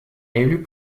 élu